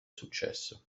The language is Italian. successo